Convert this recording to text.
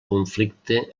conflicte